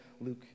Luke